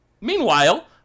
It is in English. Meanwhile